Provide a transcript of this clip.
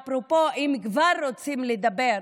אפרופו, אם כבר רוצים לדבר,